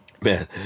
Man